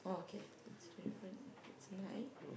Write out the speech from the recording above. oh okay that's a different it's nine